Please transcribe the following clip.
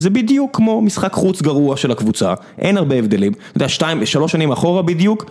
זה בדיוק כמו משחק חוץ גרוע של הקבוצה, אין הרבה הבדלים, והשתיים ושלוש שנים אחורה בדיוק